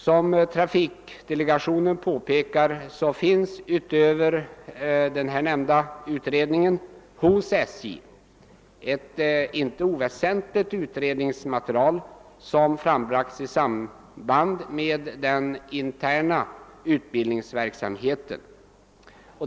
Som trafikdelegationen påpekar finns utöver den nämnda utredningen hos SJ ett inte oväsentligt utredningsmaterial, som frambragts i samband med den interna utbildningsverksamheten.